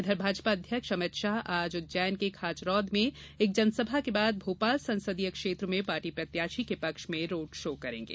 इधर भाजपा अध्यक्ष अमित शाह आज उज्जैन के खाचरौद में एक जनसभा के बाद भोपाल संसदीय क्षेत्र में पार्टी प्रत्याशी के पक्ष में रोड शो करेंगे